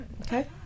okay